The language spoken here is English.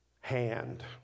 hand